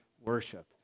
worship